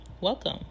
welcome